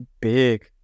big